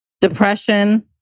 Depression